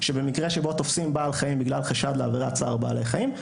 שבמקרה שבו תופסים בעל חיים בגלל חשד לעבירת צער בעלי חיים,